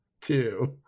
two